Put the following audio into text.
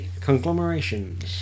conglomerations